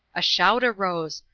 a shout arose,